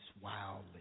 wildly